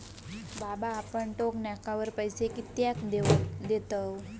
बाबा आपण टोक नाक्यावर पैसे कित्याक देतव?